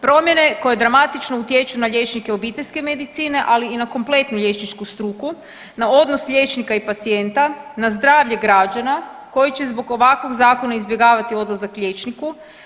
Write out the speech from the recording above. Promjene koje dramatično utječu na liječnike obiteljske medicine, ali i na kompletnu liječničku struku, na odnos liječnika i pacijenta, na zdravlje građana koji će zbog ovakvog zakona izbjegavati odlazak liječniku.